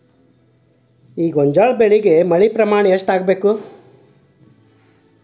ಗೋಂಜಾಳ ಬೆಳಿಗೆ ಮಳೆ ಪ್ರಮಾಣ ಎಷ್ಟ್ ಆಗ್ಬೇಕ?